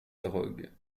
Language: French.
drogues